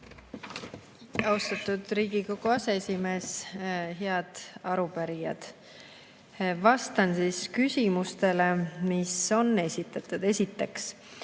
Austatud Riigikogu aseesimees! Head arupärijad! Vastan küsimustele, mis on esitatud. Esiteks: